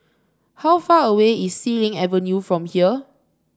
how far away is Xilin Avenue from here